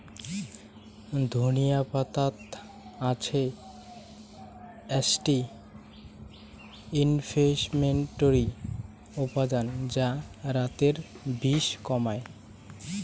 ধনিয়া পাতাত আছে অ্যান্টি ইনফ্লেমেটরি উপাদান যা বাতের বিষ কমায়